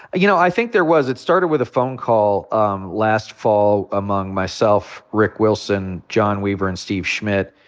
you know, i think there was. it started with a phone call um last fall among myself, rick wilson, john weaver, and steve schmidt.